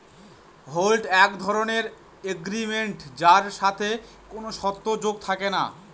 হুন্ড এক ধরনের এগ্রিমেন্ট যার সাথে কোনো শর্ত যোগ থাকে না